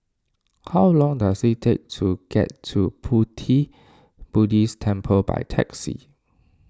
how long does it take to get to Pu Ti Buddhist Temple by taxi